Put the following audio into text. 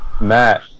Matt